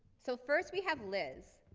so first, we have liz.